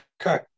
Okay